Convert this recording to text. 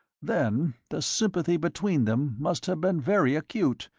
then the sympathy between them must have been very acute,